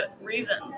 reasons